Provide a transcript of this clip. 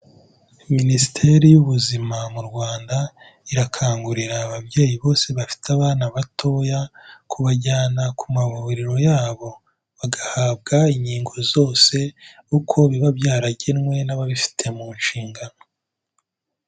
Minisiteri y'Ubuzima mu Rwanda, irakangurira ababyeyi bose bafite abana batoya kubajyana ku mavuriro yabo bagahabwa inkingo zose, uko biba byaragenwe n'ababifite mu nshingano.